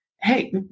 hey